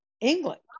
England